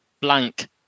blank